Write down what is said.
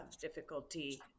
difficulty